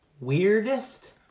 Weirdest